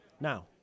now